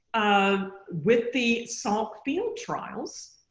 ah with the salk field trials